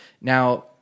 Now